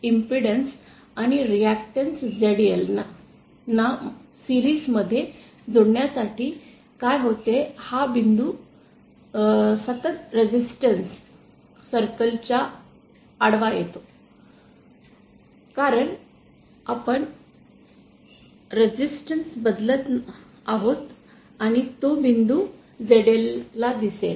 impedance आणि reactance zl ना मालिका मध्ये जोडण्यासाठी काय होते हा बिंदू सतत रीज़िस्टन्स वर्तृळच्या आडवा येतो कारण आपण रीज़िस्टन्स बदलत नाही आहोत आणि तो या बिंदूत zला दिसेल